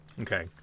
Okay